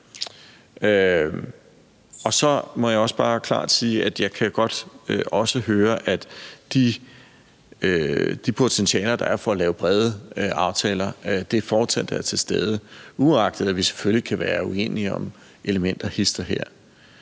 Så må jeg bare klart sige, at jeg også godt kan høre, at de potentialer, der er, for at lave brede aftaler, fortsat er til stede, uagtet at vi selvfølgelig kan være uenige om elementer hist og her.